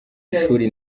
ishuri